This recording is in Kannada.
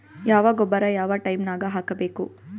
ಯಾವ ಗೊಬ್ಬರ ಯಾವ ಟೈಮ್ ನಾಗ ಹಾಕಬೇಕು?